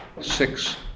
six